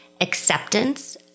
Acceptance